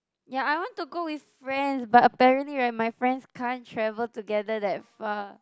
ya I want to go with friends but apparently right my friends can't travel together that far